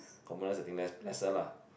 commoners I think less lesser lah